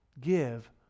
give